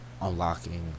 unlocking